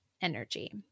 energy